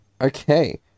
Okay